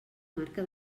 marca